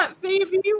baby